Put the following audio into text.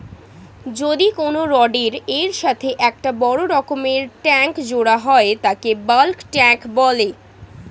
যদি কোনো রডের এর সাথে একটা বড় রকমের ট্যাংক জোড়া হয় তাকে বালক ট্যাঁক বলে